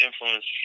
influence